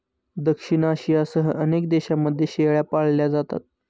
दक्षिण आशियासह अनेक देशांमध्ये शेळ्या पाळल्या जातात